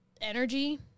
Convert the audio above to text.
energy